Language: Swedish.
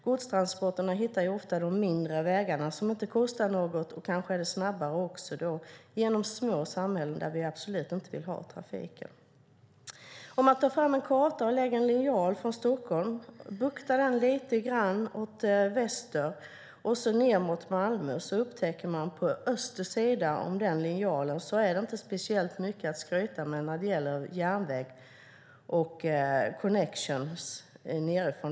Godstransporterna hittar ofta de mindre vägarna som inte kostar något, kanske är snabbare och går genom små samhällen där vi absolut inte vill ha trafiken. Tar man fram en karta och lägger en linjal från Stockholm och buktar den lite åt väster och ned mot Malmö upptäcker man att det på östra sidan om linjalen inte är speciellt mycket att skryta med när det gäller järnväg och connections.